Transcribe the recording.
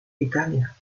italia